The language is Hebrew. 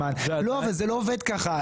לא, זה לא עובד כך.